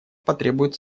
потребует